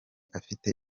afite